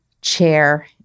chair